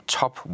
top